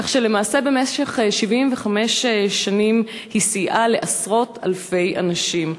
וכך למעשה במשך 75 שנים היא סייעה לעשרות אלפי אנשים.